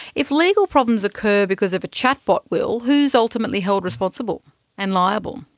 if legal problems occur because of a chat bot will, who is ultimately held responsible and liable?